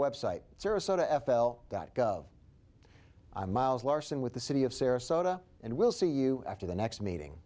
website sarasota f l that go i'm miles larson with the city of sarasota and we'll see you after the next meeting